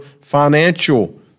financial